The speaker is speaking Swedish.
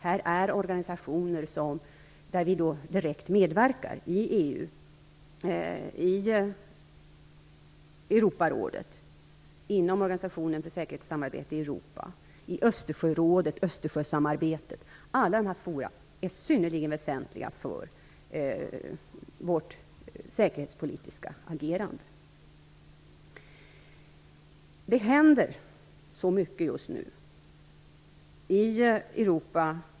Här finns flera organisationer där vi direkt medverkar: EU, Europarådet, Organisationen för säkerhet och samarbete i Europa och Österjörådet. Alla dessa forum är synnerligen väsentliga för vårt säkerhetspolitiska agerande. Det händer så mycket just nu i Europa.